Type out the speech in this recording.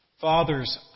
Father's